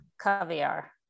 caviar